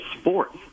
Sports